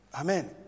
Amen